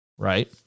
right